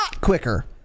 quicker